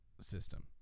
system